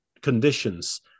conditions